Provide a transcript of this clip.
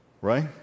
Right